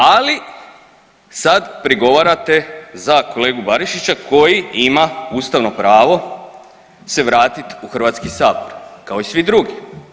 Ali sada prigovarate za kolegu Barišića koji ima ustavno pravo se vratiti u Hrvatski sabor kao i svi drugi.